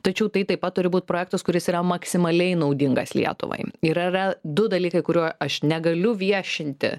tačiau tai taip pat turi būt projektas kuris yra maksimaliai naudingas lietuvai ir yra du dalykai kurių aš negaliu viešinti